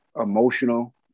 emotional